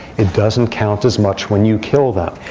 it doesn't count as much when you kill them.